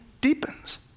deepens